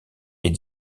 est